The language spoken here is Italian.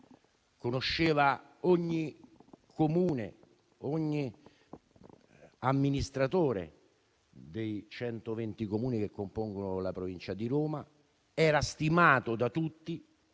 Conosceva ogni Comune, ogni amministratore dei 120 Comuni che compongono la provincia di Roma; era stimato da tutti,